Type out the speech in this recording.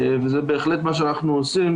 וזה בהחלט מה שאנחנו עושים.